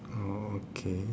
oh okay